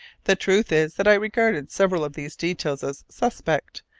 the truth is that i regarded several of these details as suspect,